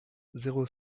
zéro